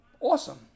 awesome